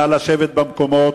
נא לשבת במקומות.